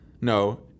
No